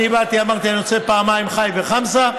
אני באתי ואמרתי שאני רוצה פעמיים ח"י וחמסה.